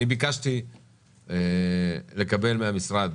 אני ביקשתי לקבל מהמשרד